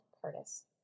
Curtis